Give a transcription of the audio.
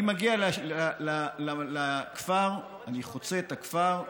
אני מגיע לכפר, חוצה את הכפר,